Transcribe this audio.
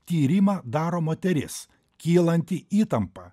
tyrimą daro moteris kylanti įtampa